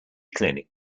clinic